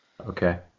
Okay